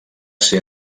ser